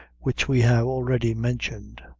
which we have already mentioned,